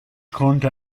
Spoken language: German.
konnte